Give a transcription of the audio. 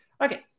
okay